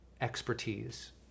expertise